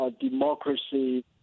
democracy